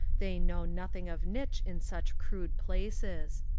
they know nothing of nitch in such crude places.